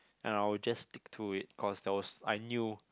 and I will just stick to it cause there was I knew